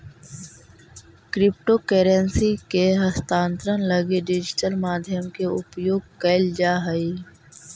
crypto currency के हस्तांतरण लगी डिजिटल माध्यम के उपयोग कैल जा हइ